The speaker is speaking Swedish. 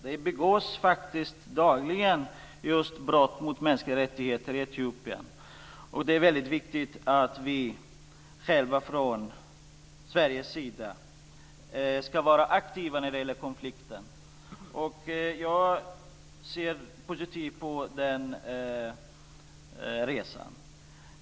Det begås faktiskt dagligen brott mot mänskliga rättigheter i Etiopien, och det är viktigt att vi från Sveriges sida är aktiva när det gäller den konflikten, så jag ser positivt på den resan.